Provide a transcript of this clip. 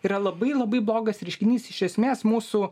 yra labai labai blogas reiškinys iš esmės mūsų